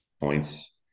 points